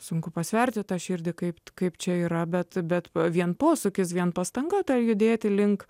sunku pasverti tą širdį kaip kaip čia yra bet bet vien posūkis vien pastanga turi judėti link